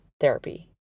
therapy